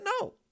No